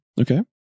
Okay